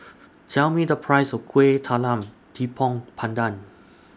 Tell Me The Price of Kueh Talam Tepong Pandan